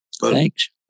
Thanks